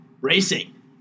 Racing